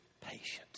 patience